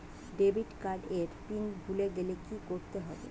Debit card এর PIN ভুলে গেলে কি করতে হবে?